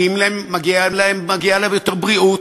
מגיעה להם יותר בריאות,